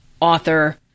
author